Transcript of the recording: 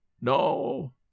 No